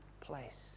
place